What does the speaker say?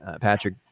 Patrick